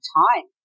time